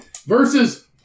versus